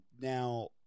Now